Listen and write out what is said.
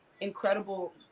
incredible